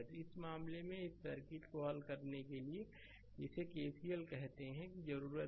तो इस मामले में इस सर्किट को हल करने के लिए जिसे केसीएलल कहते हैं की जरूरत है